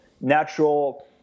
natural